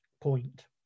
point